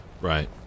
Right